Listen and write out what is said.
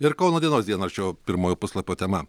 ir kauno dienos dienraščio pirmojo puslapio tema